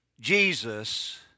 Jesus